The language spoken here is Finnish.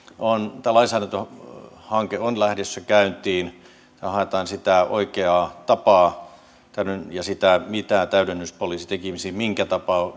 lainsäädäntöhanke on lähdössä käyntiin ja tässä haetaan sitä oikeaa tapaa ja sitä mitä täydennyspoliisi tekisi minkä